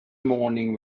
morning